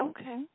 Okay